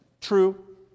true